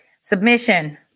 submission